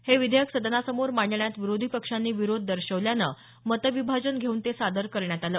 हे विधेयक सदनासमोर मांडण्यात विरोधी पक्षांनी विरोध दर्शवल्यानं मतविभाजन घेऊन ते सादर करण्यात आलं